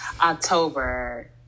October